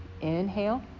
inhale